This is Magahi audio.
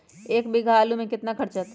एक बीघा आलू में केतना खर्चा अतै?